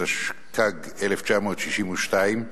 התשכ"ג 1962,